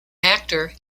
actor